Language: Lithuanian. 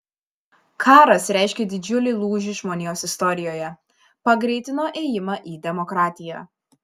karas reiškė didžiulį lūžį žmonijos istorijoje pagreitino ėjimą į demokratiją